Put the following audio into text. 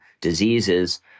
diseases